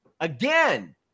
Again